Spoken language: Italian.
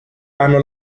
hanno